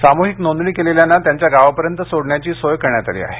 सामूहिक नोंदणी केलेल्यांना त्यांच्या गावापर्यंत सोडण्याची सोय करण्यात आली आहे